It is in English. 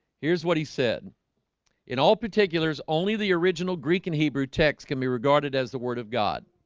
here's what he said in all particulars only the original greek in hebrew text can be regarded as the word of god